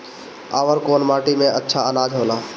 अवर कौन माटी मे अच्छा आनाज होला?